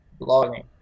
blogging